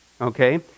Okay